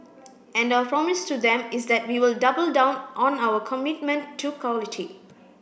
and our promise to them is that we will double down on our commitment to quality